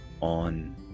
on